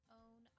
own